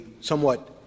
somewhat